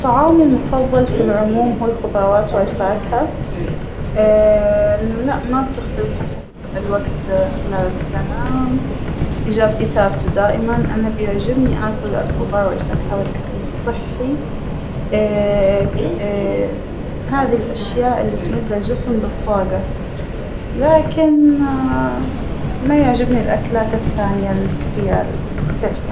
طعامى المفضل فى العموم هو الخضراوات والفاكهة اااا- لا ما بتختلف حسب الوقت خلال السنة ، إجابتى ثابتة دائما ً، أنا بيعجبنى أكل الخضار والفاكهة والأكل الصحى ، هذى الأشياء اللى تمد الجسم بالطاقة ، لكن اا- ما يعجبنى الأكلات الثانية الكثيرة المختلفة.